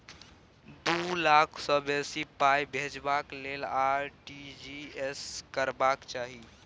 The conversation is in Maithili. दु लाख सँ बेसी पाइ भेजबाक लेल आर.टी.जी एस करबाक चाही